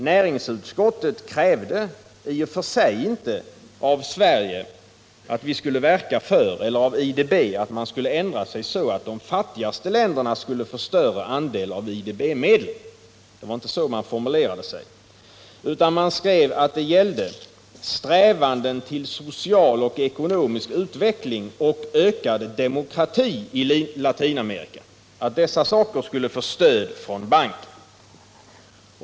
Näringsutskottet krävde i och för sig inte att IDB skulle ändra sig, så att de fattigaste länderna skulle få en större andel av IDB-medlen, och inte heller att Sverige skulle verka för detta. Det var inte så man formulerade sig, utan man skrev att det gällde strävanden till social och ekonomisk utveckling samt till ökad demokrati i Latinamerika och att dessa frågor skulle få stöd av banken.